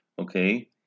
Okay